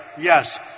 Yes